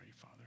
Father